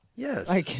Yes